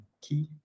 key